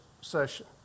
session